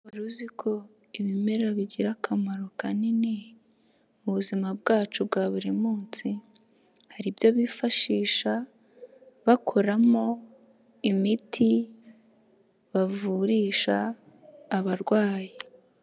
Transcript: Wari uzi ko ibimera bigira akamaro kanini mu buzima bwacu bwa buri munsi? Hari ibyo bifashisha bakoramo imiti bavurisha abarwayi.